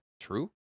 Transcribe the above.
true